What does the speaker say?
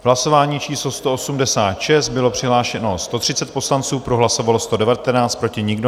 Hlasování číslo 186, bylo přihlášeno 130 poslanců, pro hlasovalo 119, proti nikdo.